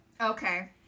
Okay